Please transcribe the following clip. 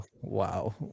Wow